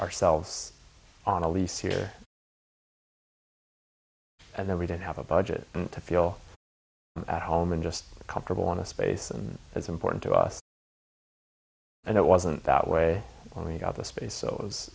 ourselves on a lease here and then we didn't have a budget to feel at home and just comfortable in a space and that's important to us and it wasn't that way when we got the space so it was